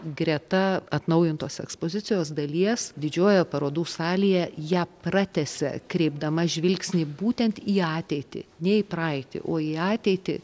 greta atnaujintos ekspozicijos dalies didžiojoje parodų salėje ją pratęsia kreipdama žvilgsnį būtent į ateitį ne į praeitį o į ateitį